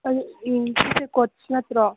ꯁꯤꯖꯦ ꯀꯣꯁ ꯅꯠꯇ꯭ꯔꯣ